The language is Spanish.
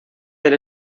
del